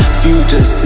future